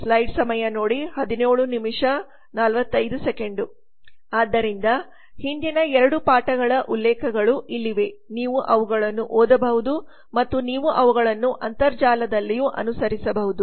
ಆದ್ದರಿಂದ ಹಿಂದಿನ 2 ಪಾಠಗಳ ಉಲ್ಲೇಖಗಳು ಇಲ್ಲಿವೆ ನೀವು ಅವುಗಳನ್ನು ಓದಬಹುದು ಮತ್ತು ನೀವು ಅವುಗಳನ್ನು ಅಂತರ್ಜಾಲದಲ್ಲಿಯೂ ಅನುಸರಿಸಬಹುದು